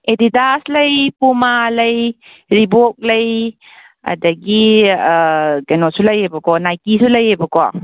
Adidas ꯂꯩ Puma ꯂꯩ Reebok ꯂꯩ ꯑꯗꯒꯤ ꯀꯩꯅꯣꯁꯨ ꯂꯩꯌꯦꯕꯀꯣ ꯅꯥꯏꯀꯤꯁꯨ ꯂꯩꯌꯦꯕꯀꯣ